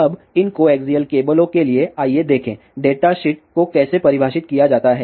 अब इन कोएक्सियल केबलों के लिए आइए देखें डेटा शीट को कैसे परिभाषित किया जाता है